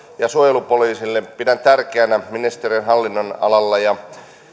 ja suojelupoliisille pidän tärkeinä ministeriön hallinnonalalla ja